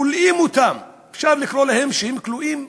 כולאים אותם, אפשר לקרוא להם כלואים,